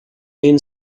main